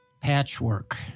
patchwork